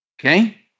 okay